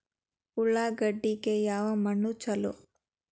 ಉಳ್ಳಾಗಡ್ಡಿಗೆ ಯಾವ ಮಣ್ಣು ಛಲೋ?